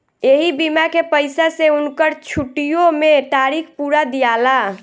ऐही बीमा के पईसा से उनकर छुट्टीओ मे तारीख पुरा दियाला